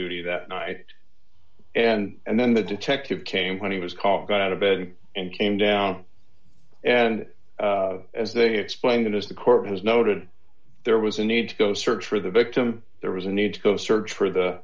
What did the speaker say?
duty that night and then the detective came when he was caught got out of bed and came down and as they explained and as the court has noted there was a need to go search for the victim there was a need to go search for the